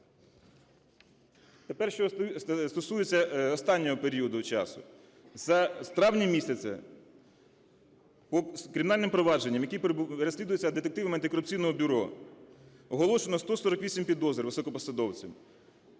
Тепер, що стосується останнього періоду часу. З травня місяця по кримінальним провадженням, які розслідуються детективами антикорупційного бюро, оголошено 148 підозр високопосадовцям.